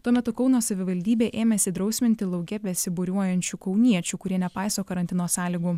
tuo metu kauno savivaldybė ėmėsi drausminti lauke besibūriuojančių kauniečių kurie nepaiso karantino sąlygų